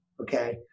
Okay